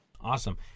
Awesome